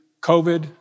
COVID